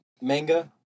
manga